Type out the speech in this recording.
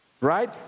right